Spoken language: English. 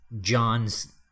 John's